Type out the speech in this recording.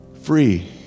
free